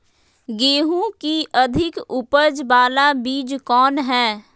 गेंहू की अधिक उपज बाला बीज कौन हैं?